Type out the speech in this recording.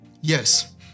Yes